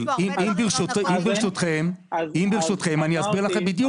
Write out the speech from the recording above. ברשותכם, אסביר לכם בדיוק.